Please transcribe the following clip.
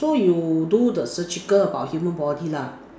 so you do the surgical about human body lah